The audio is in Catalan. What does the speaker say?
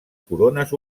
corones